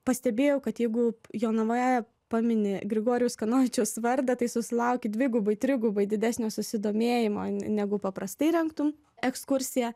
pastebėjau kad jeigu jonavoje pamini grigorijaus kanovičiaus vardą tai susilauki dvigubai trigubai didesnio susidomėjimo negu paprastai rengtum ekskursiją